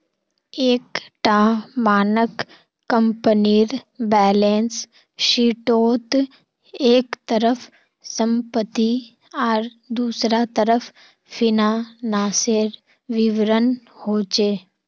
एक टा मानक कम्पनीर बैलेंस शीटोत एक तरफ सम्पति आर दुसरा तरफ फिनानासेर विवरण होचे